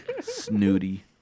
snooty